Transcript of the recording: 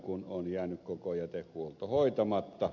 kun on jäänyt koko jätehuolto hoitamatta